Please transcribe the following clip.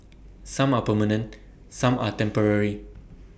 some are permanent some are temporary